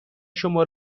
شما